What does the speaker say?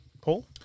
Paul